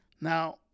Now